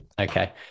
Okay